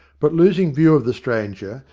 but losing view of the stranger,